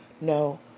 no